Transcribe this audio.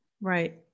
Right